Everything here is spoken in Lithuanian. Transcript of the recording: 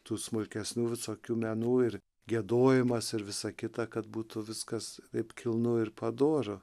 tų smulkesnių visokių menų ir giedojimas ir visa kita kad būtų viskas taip kilnu ir padoru